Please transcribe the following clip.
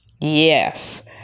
Yes